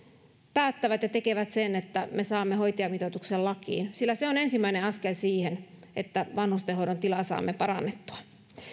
päättävät ja tekevät sen että me saamme hoitajamitoituksen lakiin sillä se on ensimmäinen askel siihen että vanhustenhoidon tilaa saamme parannettua